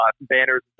banners